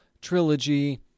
trilogy